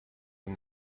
and